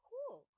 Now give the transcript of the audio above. Cool